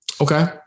Okay